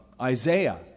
Isaiah